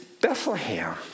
Bethlehem